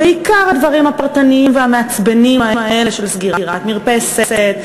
בעיקר הדברים הפרטניים והמעצבנים האלה של סגירת מרפסת,